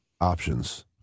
options